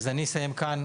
אז אני אסיים כאן,